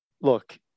look